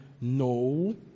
No